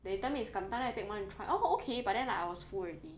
they tell me is kentang then I take one and try oh okay but then like I was full already